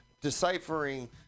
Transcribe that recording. deciphering